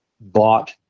bought